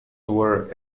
were